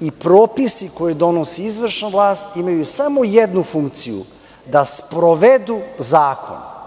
i propisi koje donosi izvršna vlast imaju samo jednu funkciju, da sprovedu zakon.